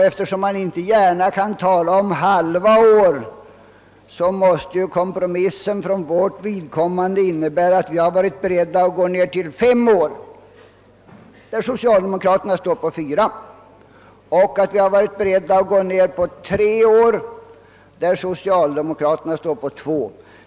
Eftersom man inte gärna kan tala om halva år måste kompromissen för vårt vidkommande innebära, att vi varit beredda att gå ned till fem år där socialdemokraterna har föreslagit fyra år och till tre år där socialdemokraterna har föreslagit två år.